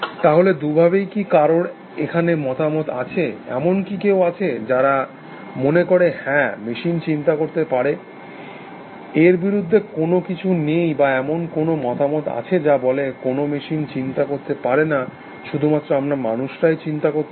তাহলে দুভাবেই কি কারোর এখানে মতামত আছে এমন কি কেউ আছে যারা মনে করে হ্যাঁ মেশিন চিন্তা করতে পারে এর বিরুদ্ধে কোনো কিছু নেই বা এমন কোনো মতামত আছে যা বলে কোনো মেশিনই চিন্তা করতে পারে না শুধুমাত্র আমরা মানুষরাই চিন্তা করতে পারি